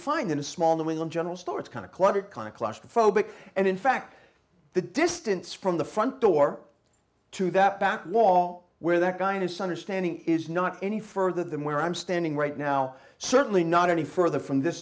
find in a small new england general store it's kind of cluttered kind of claustrophobic and in fact the distance from the front door to that back wall where that guy and his son are standing is not any further than where i'm standing right now certainly not any further from this